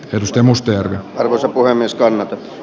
kirsti mustajärvi ja osa voi myöskään